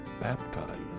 baptized